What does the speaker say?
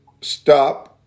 stop